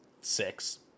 Six